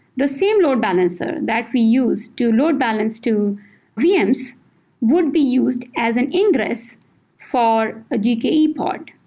the same load balancer that we use to load balance to vms would be used as an ingress for a gke port,